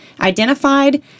identified